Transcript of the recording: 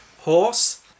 horse